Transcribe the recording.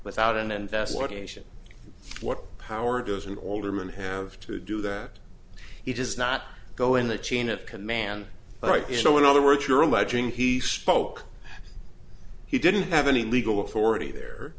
without an investigation what power does an alderman have to do that he does not go in the chain of command all right you know what other words you're alleging he spoke he didn't have any legal authority there